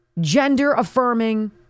gender-affirming